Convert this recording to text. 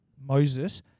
Moses